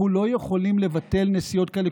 אנחנו לא יכולים לבטל נסיעות כאלה,